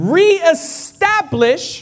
reestablish